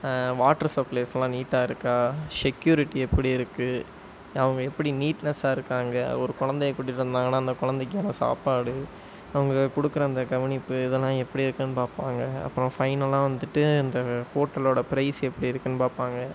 water சப்ளைஸ்லாம் நீட்டாக இருக்கா செக்யூரிட்டி எப்படி இருக்கு அவங்கள் எப்படி நீட்னஸ்ஸாக இருக்காங்க ஒரு குழந்தைய கூட்டிகிட்டு வந்தாங்கன்னா அந்த குழந்தைக்கான சாப்பாடு அவங்க கொடுக்குற அந்த கவனிப்பு இதெல்லாம் எப்படி இருக்குன்னு பார்ப்பாங்க அப்புறம் ஃபைனலாக வந்துவிட்டு இந்த ஹோட்டலோட பிரைஸ் எப்படி இருக்குன்னு பார்ப்பாங்க